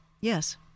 yes